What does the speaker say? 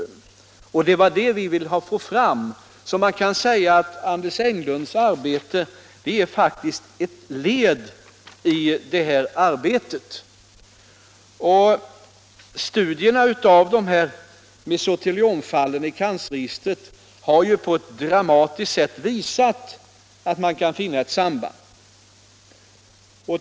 Det var det vi ville få fram, så man kan säga att Anders Englunds arbete faktiskt är ett led i det arbetet. Studierna av mesoteliomfallen i cancerregistret har på ett dramatiskt sätt visat att det finns ett samband.